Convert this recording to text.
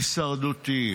הישרדותיים.